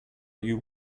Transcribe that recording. you